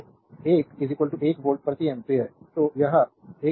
तो एक 1 वोल्ट प्रति एम्पियर